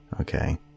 Okay